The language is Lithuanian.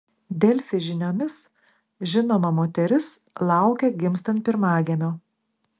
delfi žiniomis žinoma moteris laukia gimsiant pirmagimio